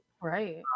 Right